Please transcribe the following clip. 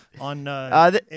on